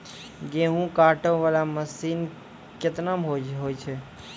गेहूँ काटै वाला मसीन केतना मे होय छै?